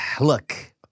look